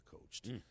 coached